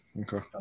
Okay